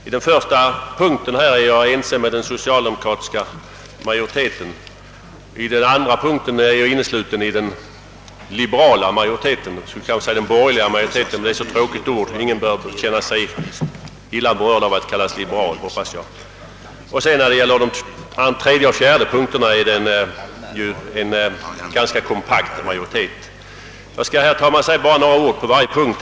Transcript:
I den första punkten är jag ense med den socialdemokratiska msajoriteten, i den andra punkten tillhör jag den liberala majoriteten — jag skulle kanske säga den borgerliga majoriteten, men det är ett så tråkigt ord, och ingen känner sig väl illa berörd av att kallas liberal, hoppas jag. I tredje och fjärde punkterna är majoriteten ganska kompakt. Jag skall bara säga några ord på varje punkt.